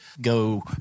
go